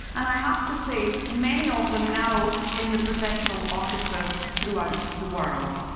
and i have to say, many of them now in the professional orchestras throughout the world.